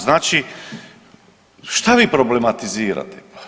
Znači, šta vi problematizirate?